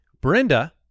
Brenda